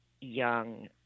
young